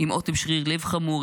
עם אוטם שריר לב חמור,